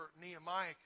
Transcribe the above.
Nehemiah